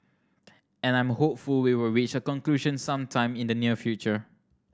and I'm hopeful we will reach a conclusion some time in the near future